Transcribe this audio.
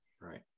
Right